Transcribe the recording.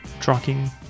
trucking